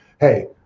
Hey